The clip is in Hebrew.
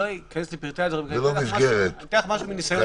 לא אכנס לפרטי הדברים --- יש מה שנקרא הפרה יעילה --- זה לא מסגרת.